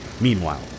Meanwhile